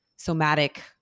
somatic